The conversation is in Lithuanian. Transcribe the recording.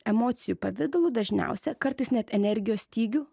emocijų pavidalu dažniausia kartais net energijos stygiu